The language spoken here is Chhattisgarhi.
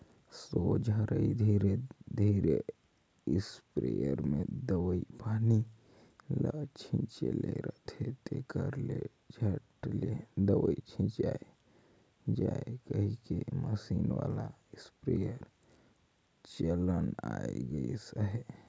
सोझ हरई धरे धरे इस्पेयर मे दवई पानी ल छीचे ले रहथे, तेकर ले झट ले दवई छिचाए जाए कहिके मसीन वाला इस्पेयर चलन आए गइस अहे